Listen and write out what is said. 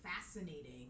fascinating